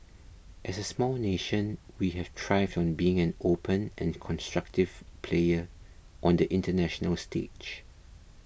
as a small nation we have thrived on being an open and constructive player on the international stage